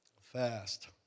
Fast